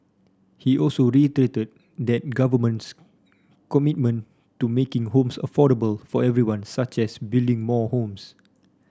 he also the Government's commitment to making homes affordable for everyone such as building more homes